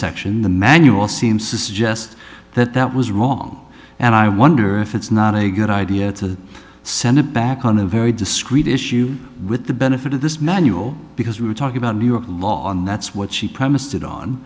section in the manual seems to suggest that that was wrong and i wonder if it's not a good idea to send it back on a very discrete issue with the benefit of this manual because we were talking about new york law and that's what she promised it on